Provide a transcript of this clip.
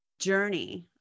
journey